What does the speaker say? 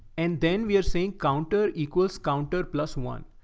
and then we are saying counter equals counter plus one.